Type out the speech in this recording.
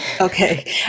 Okay